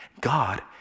God